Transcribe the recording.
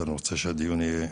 ואני רוצה שהדיון יהיה,